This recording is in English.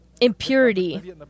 impurity